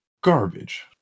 garbage